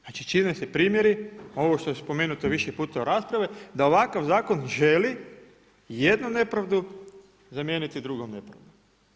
Znači čine se primjeri ovo što je spomenuto više puta u raspravi da ovakav zakon želi jednu nepravdu zamijeniti drugom nepravdom.